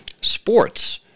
sports